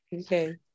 Okay